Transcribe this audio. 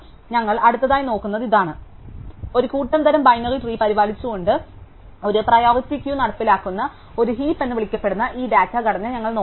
അതിനാൽ ഞങ്ങൾ അടുത്തതായി നോക്കുന്നത് ഇതാണ് ഒരു കൂട്ടം തരം ബൈനറി ട്രീ പരിപാലിച്ചുകൊണ്ട് ഒരു പ്രിയോറിറ്റി ക്യൂ നടപ്പിലാക്കുന്ന ഒരു ഹീപ്പ് എന്ന് വിളിക്കപ്പെടുന്ന ഈ ഡാറ്റ ഘടന ഞങ്ങൾ നോക്കും